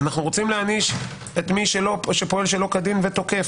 אנחנו רוצים להעניש את מי שפועל שלא כדין ותוקף,